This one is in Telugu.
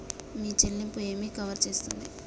మీ చెల్లింపు ఏమి కవర్ చేస్తుంది?